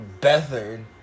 Bethard